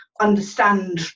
understand